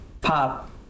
pop